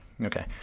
okay